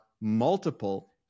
multiple